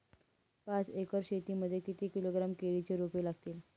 पाच एकर शेती मध्ये किती किलोग्रॅम केळीची रोपे लागतील?